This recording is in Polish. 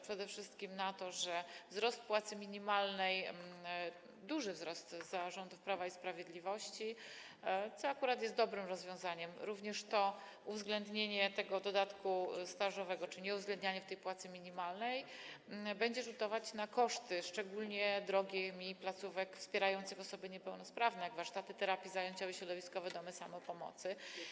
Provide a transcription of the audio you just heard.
Przede wszystkim na to, że wzrost płacy minimalnej, duży wzrost za rządów Prawa i Sprawiedliwości, co akurat jest dobrym rozwiązaniem, a również uwzględnienie dodatku stażowego czy nieuwzględnienie go w płacy minimalnej będzie rzutować na koszty szczególnie drogich mi placówek wspierających osoby niepełnosprawne, jak warsztaty terapii zajęciowej, środowiskowe domy samopomocy.